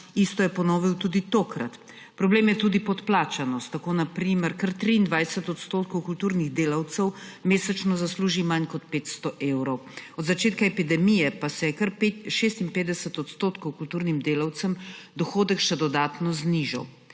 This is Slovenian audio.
isto je ponovil tudi tokrat. Problem je tudi podplačanost. Tako na primer kar 23 % kulturnih delavcev mesečno zasluži manj kot 500 evrov, od začetka epidemije pa se je kar 56 % kulturnim delavcem dohodek še dodatno znižal.